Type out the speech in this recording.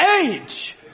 age